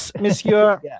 monsieur